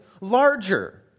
larger